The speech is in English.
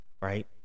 right